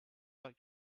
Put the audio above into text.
like